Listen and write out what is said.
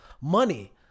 money